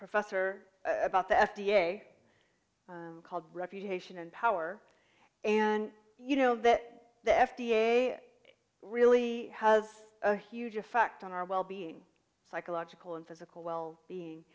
professor about the f d a called reputation and power and you know that the f d a really has a huge effect on our well being psychological and physical well being